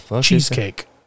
Cheesecake